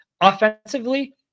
Offensively